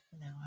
No